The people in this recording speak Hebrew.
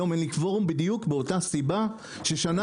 היום אין לי קוורום בדיוק באותה סיבה ששנה